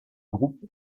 groupe